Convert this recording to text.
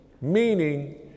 meaning